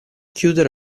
chiudere